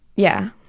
yeah,